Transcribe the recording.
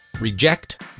Reject